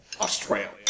Australia